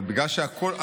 אבל בגלל שהכול,